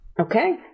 Okay